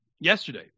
yesterday